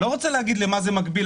לא רוצה להגיד למה זה מקביל,